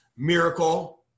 Miracle